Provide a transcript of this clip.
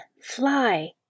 fly